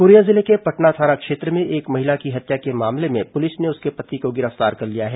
Korea जिले के पटना थाना क्षेत्र में एक महिला की हत्या के मामले में पुलिस ने उसके पति को गिरफ्तार कर लिया है